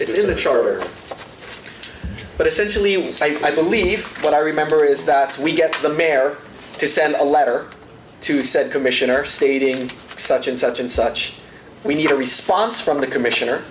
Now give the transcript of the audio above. the charter but essentially i believe what i remember is that we get the mayor to send a letter to said commissioner stating such and such and such we need a response from the commissioner